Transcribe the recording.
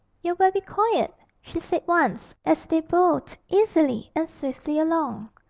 you're very quiet she said once, as they bowled easily and swiftly along.